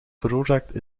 veroorzaakt